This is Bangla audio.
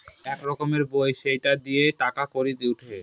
এক রকমের বই সেটা দিয়ে টাকা কড়ি উঠে